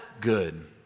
Good